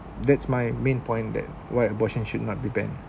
that's my main point that why abortion should not be banned